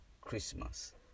christmas